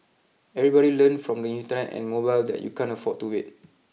everybody learned from the Internet and mobile that you can't afford to wait